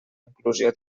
inclusió